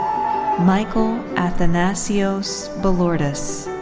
michael athanasios balourdas.